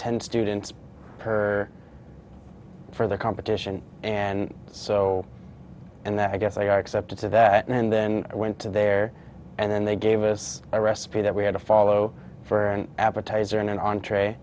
ten students per for the competition and so and then i guess i got accepted to there and then i went to there and then they gave us a recipe that we had to follow for an appetizer and an entre